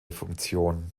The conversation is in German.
funktion